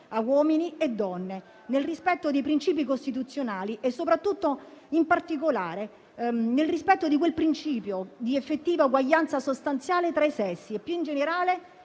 a uomini e donne, nel rispetto dei principi costituzionali e soprattutto nel rispetto di quel principio di effettiva uguaglianza sostanziale tra i sessi e più in generale